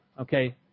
okay